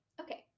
Okay